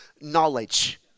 knowledge